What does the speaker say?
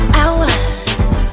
hours